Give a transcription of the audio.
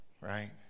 right